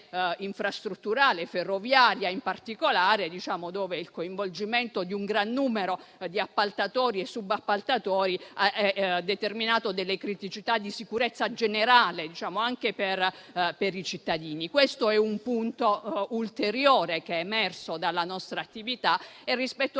infrastrutturale ferroviaria in particolare, in cui il coinvolgimento di un gran numero di appaltatori e subappaltatori ha determinato criticità di sicurezza generale anche per i cittadini. Questo è un punto ulteriore che è emerso dalla nostra attività e rispetto al